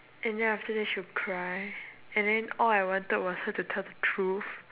and then after that she will cry and then all I wanted was her to tell the truth